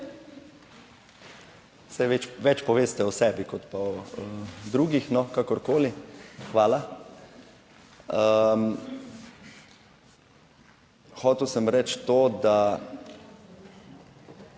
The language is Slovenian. Saj več poveste o sebi, kot pa o drugih. Kakorkoli, hvala. Hotel sem reči to, da